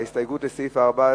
ההסתייגות של קבוצת סיעת חד"ש,